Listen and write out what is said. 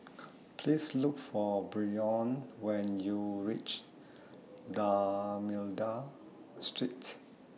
Please Look For Brion when YOU REACH D'almeida Street